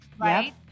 right